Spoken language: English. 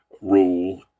rule